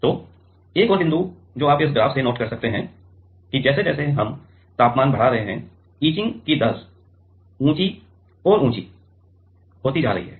तो एक और बिंदु जो आप इस ग्राफ से नोट कर सकते हैं जैसे जैसे जैसे हम तापमान बढ़ा रहे हैं इचिंग की दर ऊँची और ऊँची होती जा रही है